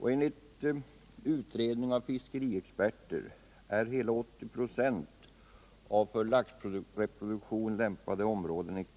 Herr talman!